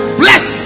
bless